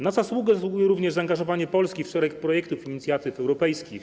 Na uwagę zasługuje również zaangażowanie Polski w szereg projektów i inicjatyw europejskich.